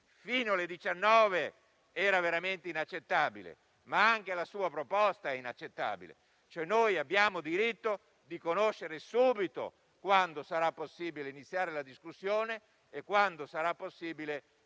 fino alle ore 19 è veramente inaccettabile, ma anche la sua proposta, signor Presidente, è inaccettabile. Abbiamo diritto di conoscere subito quando sarà possibile iniziare la discussione e quando sarà possibile conoscere